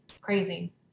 crazy